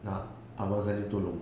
nak abang salim tolong